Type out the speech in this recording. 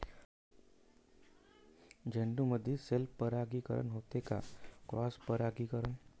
झेंडूमंदी सेल्फ परागीकरन होते का क्रॉस परागीकरन?